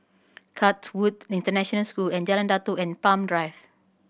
Chatsworth International School Jalan Datoh and Palm Drive